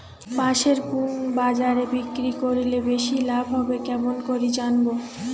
পাশের কুন বাজারে বিক্রি করিলে বেশি লাভ হবে কেমন করি জানবো?